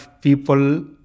people